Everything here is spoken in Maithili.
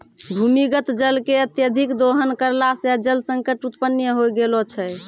भूमीगत जल के अत्यधिक दोहन करला सें जल संकट उत्पन्न होय गेलो छै